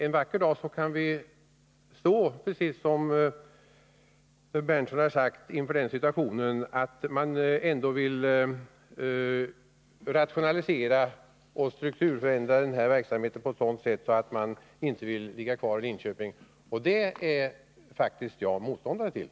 En vacker dag kan vi stå, precis som Nils Bendtson har sagt, inför situationen att man vill rationalisera och strukturförändra verksamheten på ett sådant sätt att det inte blir någonting kvar i Linköping, och det är en utveckling som jag är motståndare till.